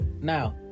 Now